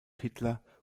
hitler